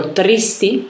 tristi